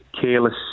careless